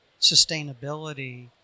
sustainability